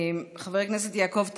חבר הכנסת יעקב טסלר,